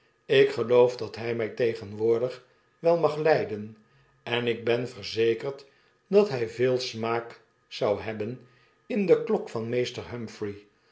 ik geloof dat hy my tegenwoordig wel mag lyden en ik ben verzekerd dat hy veel smaak zou hebben in de k